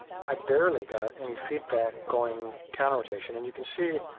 i barely got any feedback going counter rotation, and you can see,